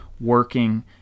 working